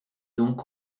donc